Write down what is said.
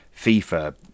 FIFA